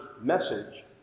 message